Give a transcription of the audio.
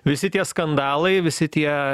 visi tie skandalai visi tie